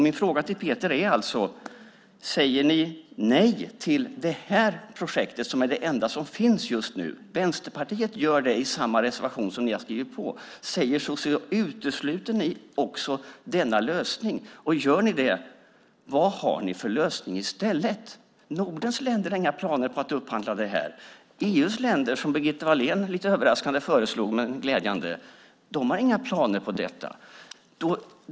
Min fråga till Peter Jonsson är: Säger ni nej till det här projektet, som är det enda som finns just nu? Vänsterpartiet gör det i samma reservation som ni står bakom. Utesluter ni också denna lösning? Gör ni det, vad har ni då för lösning i stället? Nordens länder har inga planer på att upphandla detta. Gunilla Wahlén föreslog lite överraskande EU:s länder. Det var glädjande. Men de har inga planer på detta.